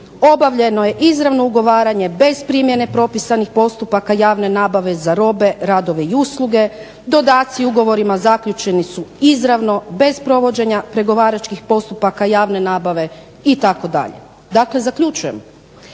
Obavljeno je izravno ugovaranje bez primjene propisanih postupaka javne nabave za robe, radove i usluge, dodaci ugovorima zaključeni su izravno bez provođenja pregovaračkih postupaka javne nabave itd. Dakle, zaključujem